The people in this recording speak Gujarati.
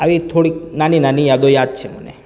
આવી થોડીક નાની નાની યાદો યાદ છે મને